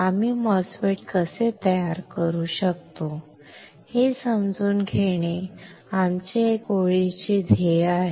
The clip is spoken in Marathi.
आम्ही MOSFET कसे तयार करू शकतो हे समजून घेणे हे आमचे एक ओळीचे ध्येय आहे